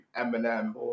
Eminem